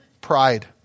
pride